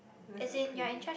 rest appraisal